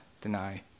deny